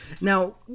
Now